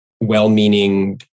well-meaning